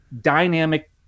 dynamic